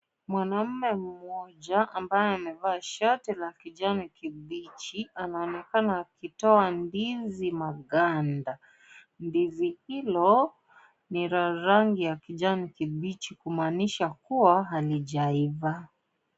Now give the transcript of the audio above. Mwanaume mmoja ambaye amevaa shati la rangi ya kijani kibichi, anaonekana akitoa ndizi maganda, ndizi hilo ni la rangi ya kijani kibichi, kumaanisha kuwa halijaiva.